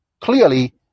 clearly